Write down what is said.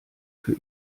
für